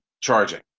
charging